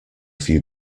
few